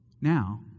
Now